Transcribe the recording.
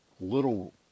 little